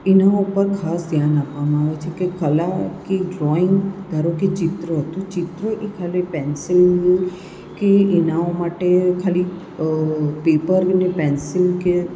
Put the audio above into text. એના ઉપર ખાસ ધ્યાન આપવામાં આવે છે કે કલા કે ડ્રોઈંગ ધારો કે ચિત્ર તો ચિત્ર એ ખાલી પેન્સિલ કે એના માટે ખાલી પેપર અને પેન્સિલ કે